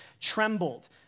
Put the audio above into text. trembled